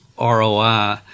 ROI